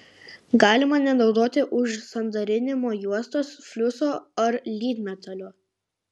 galima nenaudoti užsandarinimo juostos fliuso ar lydmetalio